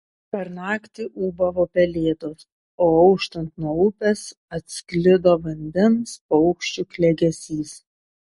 per naktį ūbavo pelėdos o auštant nuo upės atsklido vandens paukščių klegesys